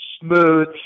smooth